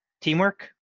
teamwork